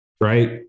right